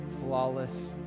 flawless